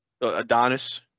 Adonis